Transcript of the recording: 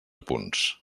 punts